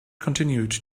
continued